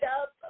up